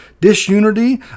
Disunity